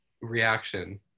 reaction